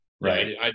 Right